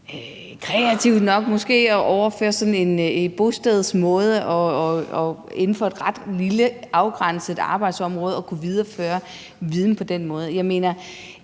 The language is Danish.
kreativt nok, måske, at overføre sådan et bosteds måde inden for et ret lille afgrænset arbejdsområde at kunne videreføre viden på den måde? Er